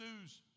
news